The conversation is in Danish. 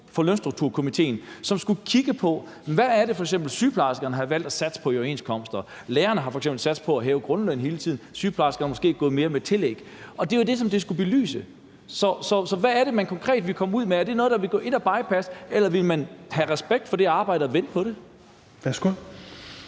for Lønstrukturkomitéen, som skulle kigge på, hvad det f.eks. er, sygeplejerskerne har valgt at satse på i overenskomsterne. Lærerne har f.eks. satset på at hæve grundlønnen hele tiden, mens sygeplejerskerne måske mere har satset på et tillæg, og det var jo det, som det skulle belyse. Så hvad er det, man konkret vil komme ud med? Er det noget, der vil gå ind og bypasse det, eller vil man have respekt for det arbejde og vente på det? Kl.